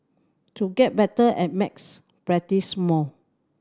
to get better at maths practise more